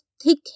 thick